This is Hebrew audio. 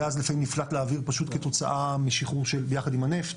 הגז לפעמים נפלט לאוויר פשוט כתוצאה משחרור ביחד עם הנפט,